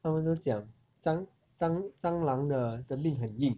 他们都讲蟑蟑蟑螂的的命很硬